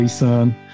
son